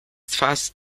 fast